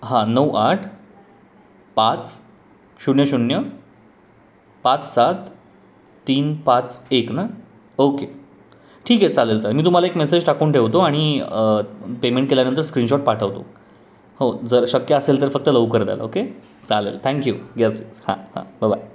हां नऊ आठ पाच शून्य शून्य पाच सात तीन पाच एक ना ओके ठीक आहे चालेल चालेल मी तुम्हाला एक मेसेज टाकून ठेवतो आणि पेमेंट केल्यानंतर स्क्रीनशॉट पाठवतो हो जर शक्य असेल तर फक्त लवकर द्याल ओके चालेल थँक्यू येस येस हां हां ब बाय